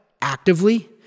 actively